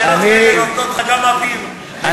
שאלות כאלה נותנות לך גם אוויר וגם,